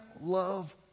love